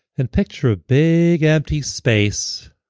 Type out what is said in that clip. and picture a big empty space